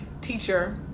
teacher